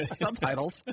Subtitles